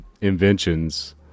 inventions